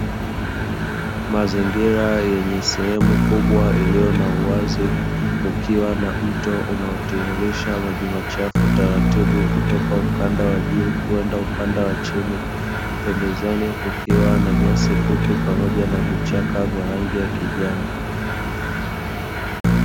Mazingira yenye sehemu kubwa iliyo na uwazi kukiwa na mto unaotiririsha maji machafu taratibu kutoka ukanda wa juu kwenda ukanda wa chini, pembezoni kukiwa na nyasi fupi pamoja na vichaka vya rangi ya kijani.